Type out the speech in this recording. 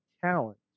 talent